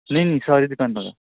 ਨਹੀਂ ਨਹੀਂ ਸਾਰੀ ਦੁਕਾਨਾਂ ਦਾ